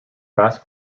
fast